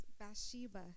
Bathsheba